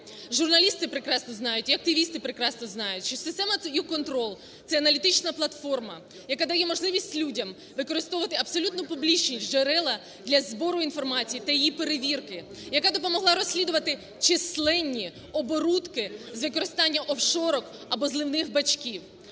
журналісти прекрасно знають і активісти прекрасно знають, що системаYouControl– це аналітична платформа, яка дає можливість людям використовувати абсолютно публічні джерела для збору інформації та її перевірки, яка допомогла розслідувати численні оборудки з використанняофшорок або "зливних бачків".